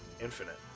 Infinite